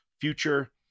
future